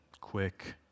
quick